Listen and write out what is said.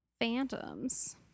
Phantoms